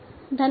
धन्यवाद